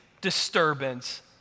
disturbance